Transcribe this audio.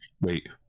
Wait